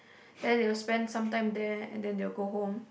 then they will spend some time there and then they will go home